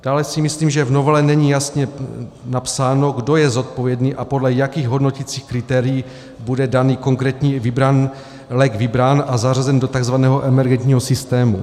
Dále si myslím, že v novele není jasně napsáno, kdo je zodpovědný a podle jakých hodnoticích kritérií bude daný konkrétní lék vybrán a zařazen do tzv. emergentního systému.